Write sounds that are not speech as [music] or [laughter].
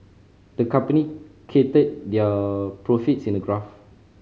the company [unintelligible] their profits in a graph